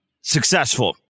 successful